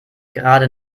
gerade